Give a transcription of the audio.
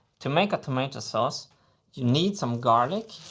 to make a tomato sauce you need some garlic,